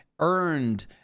earned